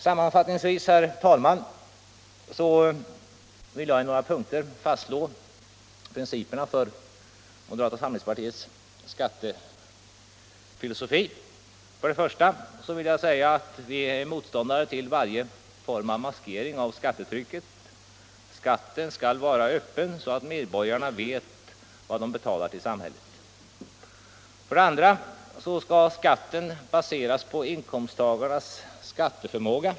Sammanfattningsvis vill jag, herr talman, i några punkter fastslå principerna för moderata samlingspartiets skattefilosofi. För det första: Vi är motståndare till varje form av maskering av skattetrycket. Skatten skall vara öppen så att medborgarna vet vad de betalar till samhället. För det andra: Skatten skall baseras på inkomsttagarnas skatteförmåga.